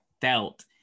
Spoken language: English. felt